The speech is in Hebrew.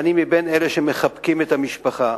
ואני מאלה שמחבקים את המשפחה.